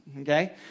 okay